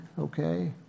okay